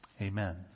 Amen